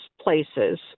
places